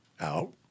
out